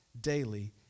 daily